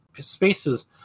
spaces